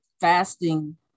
fasting